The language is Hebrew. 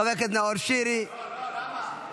חבר הכנסת נאור שירי --- לא, לא, למה?